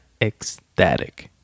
ecstatic